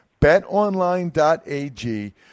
betonline.ag